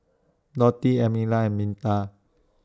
Dotty Emelia and Minta